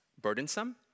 burdensome